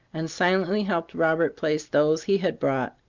and silently helped robert place those he had brought.